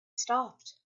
stopped